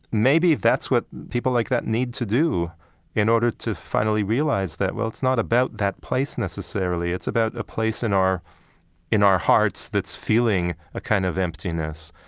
maybe that's what people like that need to do in order to finally realize that, well, it's not about that place necessarily, it's about a place in our in our hearts that's feeling a kind of emptiness.